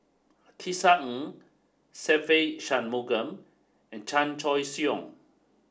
Tisa Ng Se Ve Shanmugam and Chan Choy Siong